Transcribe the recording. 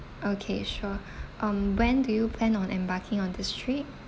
okay sure um when do you plan on embarking on this trip